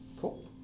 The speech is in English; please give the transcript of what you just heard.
Cool